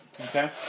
Okay